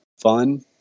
fun